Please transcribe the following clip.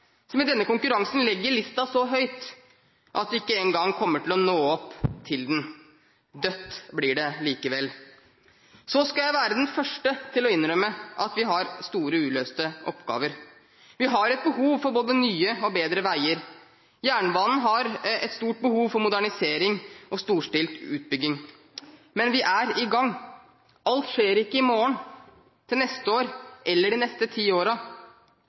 Så har man Fremskrittspartiet, som i denne konkurransen legger listen så høyt at de ikke engang kommer til å nå opp til den. Dødt blir det likevel. Så skal jeg være den første til å innrømme at vi har store uløste oppgaver. Vi har et behov for både nye og bedre veier. Jernbanen har et stort behov for modernisering og storstilt utbygging. Men vi er i gang. Alt skjer ikke i morgen, til neste år, eller de neste ti